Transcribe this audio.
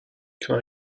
can